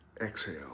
exhale